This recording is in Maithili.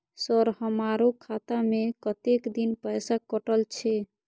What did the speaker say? सर हमारो खाता में कतेक दिन पैसा कटल छे?